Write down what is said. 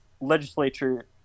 legislature